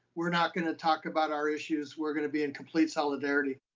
we're not going to talk about our issues. we're going to be in complete solidarity.